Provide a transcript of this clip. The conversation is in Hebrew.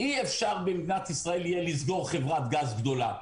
אי אפשר במדינת ישראל יהיה לסגור חברת גז גדולה.